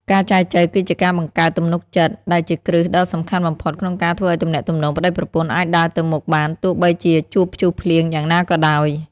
ការចែចូវគឺជាការបង្កើត "ទំនុកចិត្ត" ដែលជាគ្រឹះដ៏សំខាន់បំផុត ក្នុងការធ្វើឱ្យទំនាក់ទំនងប្ដីប្រពន្ធអាចដើរទៅមុខបានទោះបីជាជួបព្យុះភ្លៀងយ៉ាងណាក៏ដោយ។